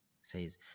says